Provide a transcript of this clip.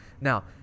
Now